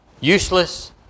useless